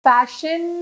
Fashion